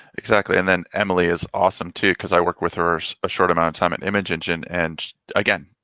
exactly, and then emily is awesome too. cause i worked with her, a short amount of time at image engine and again,